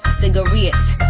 cigarettes